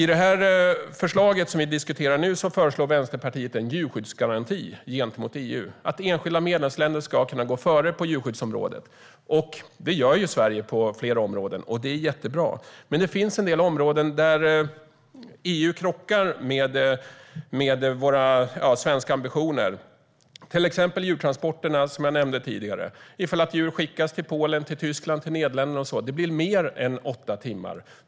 I det här förslaget som vi diskuterar nu föreslår Vänsterpartiet en djurskyddsgaranti gentemot EU som innebär att enskilda medlemsländer ska kunna gå före på djurskyddsområdet. Det gör ju Sverige på flera områden, och det är jättebra. Men det finns en del områden där EU krockar med våra svenska ambitioner, till exempel när det gäller djurtransporterna, vilket jag nämnde tidigare. Ifall djur skickas till exempelvis Polen, Tyskland eller Nederländerna blir det mer än åtta timmar.